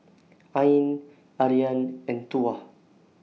Ain Aryan and Tuah